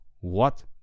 What